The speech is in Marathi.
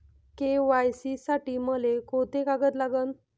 के.वाय.सी साठी मले कोंते कागद लागन?